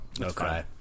Okay